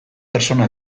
pertsona